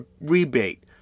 Rebate